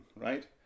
right